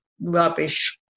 Rubbish